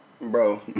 Bro